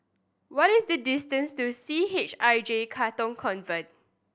what is the distance to C H I J Katong Convent